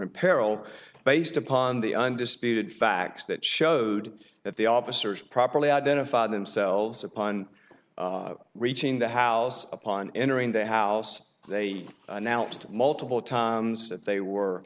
in peril based upon the undisputed facts that showed that the officers properly identified themselves upon reaching the house upon entering the house they announced multiple times that they were